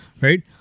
right